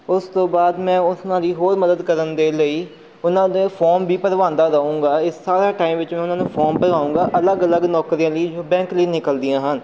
ਉਸ ਤੋਂ ਬਾਅਦ ਮੈਂ ਉਹਨਾ ਦੀ ਹੋਰ ਮਦਦ ਕਰਨ ਦੇ ਲਈ ਉਹਨਾਂ ਦੇ ਫੋਰਮ ਵੀ ਭਰਵਾਉਂਦਾ ਰਹੂੰਗਾ ਇਸ ਸਾਰਾ ਟਾਈਮ ਵਿੱਚੋਂ ਮੈਂ ਉਹਨਾਂ ਨੂੰ ਫੋਰਮ ਭਰਵਾਉਂਗਾ ਅਲੱਗ ਅਲੱਗ ਨੌਕਰੀਆਂ ਲਈ ਬੈਂਕ ਲਈ ਨਿਕਲਦੀਆਂ ਹਨ